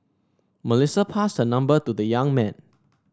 Melissa passed her number to the young man